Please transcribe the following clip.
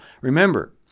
Remember